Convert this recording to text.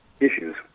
issues